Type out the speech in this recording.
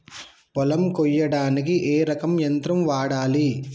పొలం కొయ్యడానికి ఏ రకం యంత్రం వాడాలి?